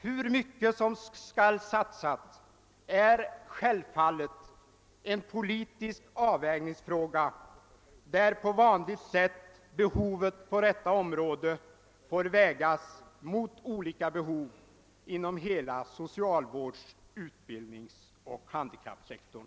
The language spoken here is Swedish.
Hur mycket som skall satsas är självfallet en politisk avvägningsfråga, där behovet på detta område på vanligt sätt får vägas mot olika behov inom hela socialvårds-, utbildningsoch handikappsektorn.